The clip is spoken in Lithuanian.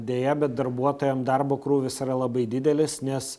deja bet darbuotojam darbo krūvis yra labai didelis nes